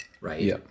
right